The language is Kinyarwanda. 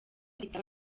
afite